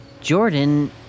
Jordan